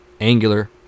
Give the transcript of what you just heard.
angular